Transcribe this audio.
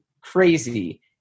crazy